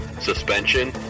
suspension